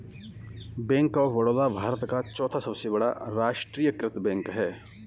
bank of Baroda Bharat का चौथा सबसे बड़ा राष्ट्रीयकृत बैंक है